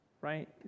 right